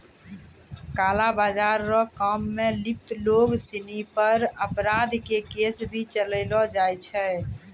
काला बाजार रो काम मे लिप्त लोग सिनी पर अपराध के केस भी चलैलो जाय छै